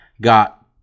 got